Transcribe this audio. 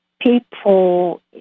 people